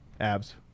Abs